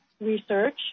research